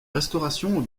restauration